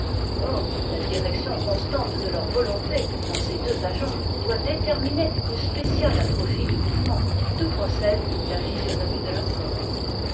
or la direction constante de leur volonté dans ces deux agents doit déterminer une spéciale atrophie de mouvement d'où procède la physionomie de leur corps